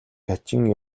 хачин